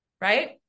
right